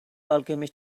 alchemist